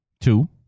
two